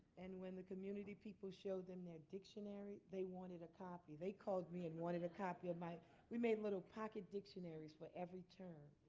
and when the community people showed them their dictionary, they wanted a copy. they called me and wanted a copy of my we made little pocket dictionaries for every term.